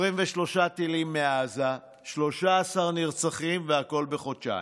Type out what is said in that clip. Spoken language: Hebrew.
23 טילים מעזה, 13 נרצחים, והכול בחודשיים.